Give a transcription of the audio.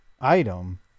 item